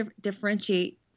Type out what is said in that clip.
differentiate